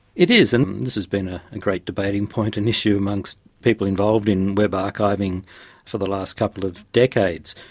it is, and this has been a and great debating point and issue amongst people involved in web archiving for the last couple of decades.